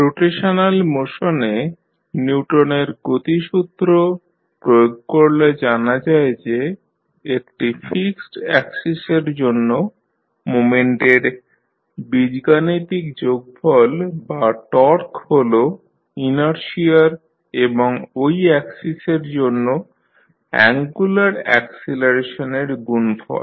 rotational মোশনে নিউটনের গতিসূত্র Newton's law of motion প্রয়োগ করলে জানা যায় যে একটি ফিক্সড অ্যাক্সিসের জন্য মোমেন্টের বীজগাণিতিক যোগফল বা টর্ক হল ইনারশিয়ার এবং ঐ অ্যাক্সিসের জন্য অ্যাঙ্গুলার অ্যাকসিলারেশনের গুণফল